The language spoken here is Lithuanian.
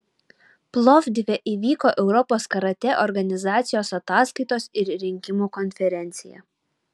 plovdive įvyko europos karatė organizacijos ataskaitos ir rinkimų konferencija